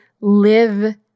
Live